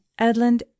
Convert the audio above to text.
edland